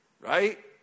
right